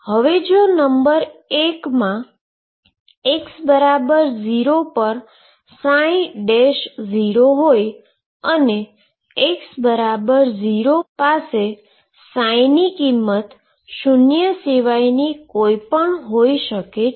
હવે જો number 1 x0 પર 0 હોય અને x0 પાસે ની કિંમત શુન્ય સિવાયની કોઈપણ હોઈ શકે છે